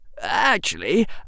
Actually